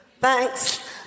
thanks